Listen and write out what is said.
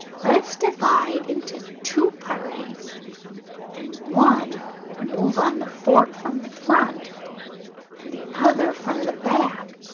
let us divide into two parties and one move on the fort from the front and the other from the back.